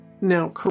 Now